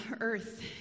earth